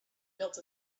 built